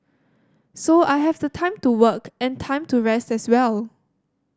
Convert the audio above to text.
so I have the time to work and time to rest as well